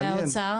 והאוצר?